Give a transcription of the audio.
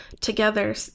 together